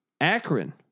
Akron